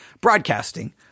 broadcasting